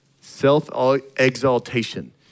Self-exaltation